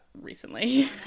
recently